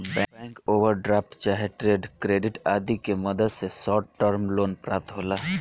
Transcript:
bank overdraft चाहे trade credit आदि के मदद से शॉर्ट टर्म लोन प्राप्त होला